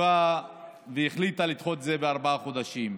ישבה והחליטה לדחות את זה בארבעה חודשים.